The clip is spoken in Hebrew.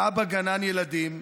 אבא גנן ילדים.